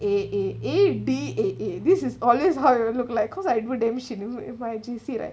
A A A B A A this is always how we all looked like cause I do damn shit with with my J_C right